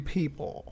People